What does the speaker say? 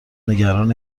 نگران